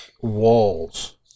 walls